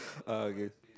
uh I guess